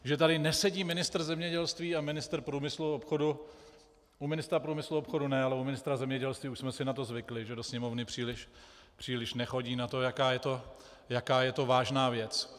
Že tady nesedí ministr zemědělství a ministr průmyslu a obchodu u ministra průmyslu a obchodu ne, ale u ministra zemědělství jsme si na to už zvykli, že do Sněmovny příliš nechodí na to, jaká je to vážná věc.